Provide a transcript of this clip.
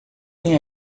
tem